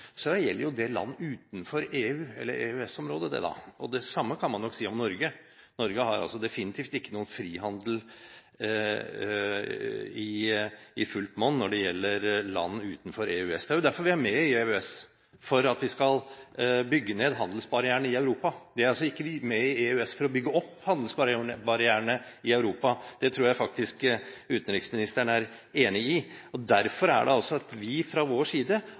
Så vil jeg bare føye til at når Brekk til stadighet sier at EU er for frihet når det gjelder eksport og mot frihet når det gjelder import, gjelder jo det da land utenfor EØS-området. Det samme kan man nok si om Norge. Norge har definitivt ikke noen frihandel i fullt monn når det gjelder land utenfor EØS. Det er jo derfor vi er med i EØS – for at vi skal bygge ned handelsbarrierene i Europa. Vi er ikke med i EØS for å bygge opp handelsbarrierene i Europa, og det tror jeg faktisk utenriksministeren er enig i.